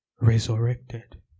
resurrected